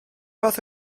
fath